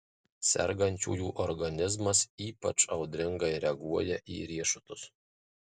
sergančiųjų organizmas ypač audringai reaguoja į riešutus